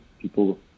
People